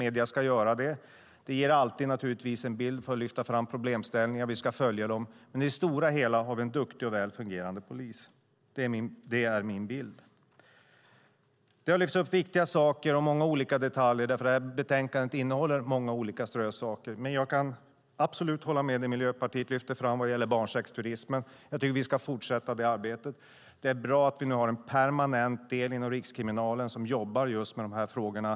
Medierna ska göra det. Det ger en bild och lyfter fram problemställningarna. Vi ska följa dem. Men i det stora hela har vi en duktig och väl fungerande polis. Det är min bild. Det har lyfts upp viktiga saker och många detaljer. Betänkandet innehåller många olika saker. Jag kan absolut hålla med om det Miljöpartiet lyfte fram om barnsexturismen. Jag tycker att vi ska fortsätta det arbetet. Det är bra att vi nu har en permanent del inom Rikskriminalen som jobbar just med de frågorna.